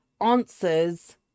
answers